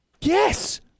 yes